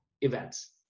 events